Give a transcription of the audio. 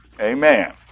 Amen